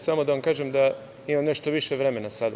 Samo da vam kažem da imam nešto više vremena sada.